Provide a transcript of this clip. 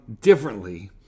differently